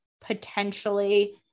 potentially